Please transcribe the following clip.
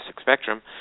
spectrum